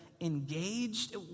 engaged